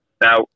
Now